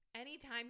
anytime